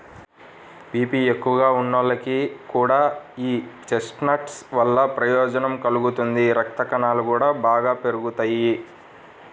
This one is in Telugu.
బీపీ ఎక్కువగా ఉన్నోళ్లకి కూడా యీ చెస్ట్నట్స్ వల్ల ప్రయోజనం కలుగుతుంది, రక్తకణాలు గూడా బాగా పెరుగుతియ్యి